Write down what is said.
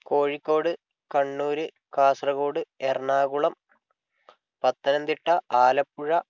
Kozhikode Kannur Kasaragod Ernakulam Pathanamthitta Alappuzha